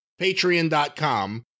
Patreon.com